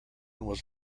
was